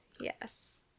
Yes